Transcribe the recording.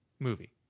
movie